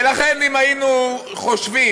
ולכן, אם היינו חושבים